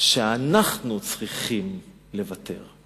שאנחנו צריכים לוותר,